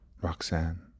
Roxanne